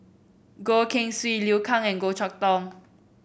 Goh Keng Swee Liu Kang and Goh Chok Tong